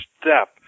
step